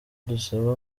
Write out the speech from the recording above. dusabwa